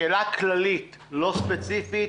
שאלה כללית, לא ספציפית: